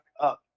up